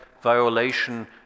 violation